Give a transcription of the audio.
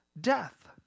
death